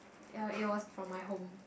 ya it was from my home